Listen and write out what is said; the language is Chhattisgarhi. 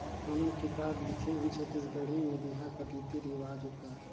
हमन किताब लिखे हन छत्तीसगढ़ी में बिहा कर रीति रिवाज उपर